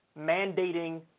mandating